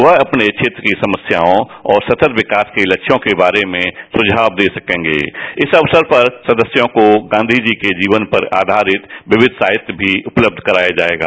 वह अपने क्षेत्र की समस्याओं और सतत विकास के लस्यों के बारे में सुझाव दे सकेंगे इस अवसर पर सदस्यों को गांधीजी के जीवन पर आधारित विविध साहित्य भी उपलब्ध कराया जाएगा